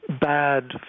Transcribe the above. bad